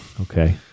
Okay